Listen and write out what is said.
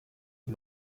die